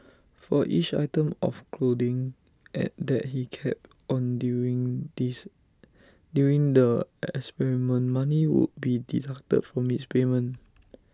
for each item of clothing at that he kept on during this during the experiment money would be deducted from his payment